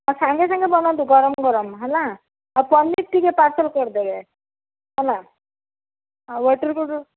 ହଁ ସାଙ୍ଗେ ସାଙ୍ଗେ ବନାନ୍ତୁ ଗରମ ଗରମ ହେଲା ଆଉ ପନିର୍ ଟିକେ ପାର୍ସଲ୍ କରିଦେବେ ହେଲା ଆଉ ୱେଟର୍କୁ ଡୁ